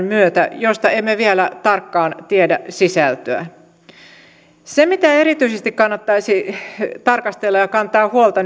myötä josta emme vielä tarkkaan tiedä sisältöä erityisesti kannattaisi nyt tarkastella ja kantaa huolta